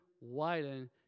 Widen